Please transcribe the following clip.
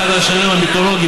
אחד מראשי העיר המיתולוגיים,